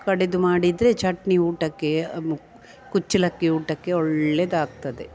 ಕಡೆದು ಮಾಡಿದರೆ ಚಟ್ನಿ ಊಟಕ್ಕೆ ಕುಚ್ಚಲಕ್ಕಿ ಊಟಕ್ಕೆ ಒಳ್ಳೆಯದಾಗ್ತದೆ